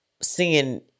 seeing